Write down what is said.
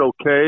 okay